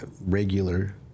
regular